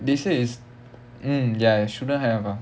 they said is mm ya you shouldn't have ah